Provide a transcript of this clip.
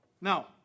Now